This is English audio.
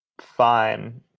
fine